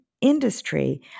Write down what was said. Industry